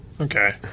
okay